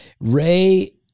Ray